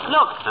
Look